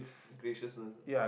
gracious learn